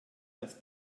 dass